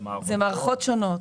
אלה מערכות שונות.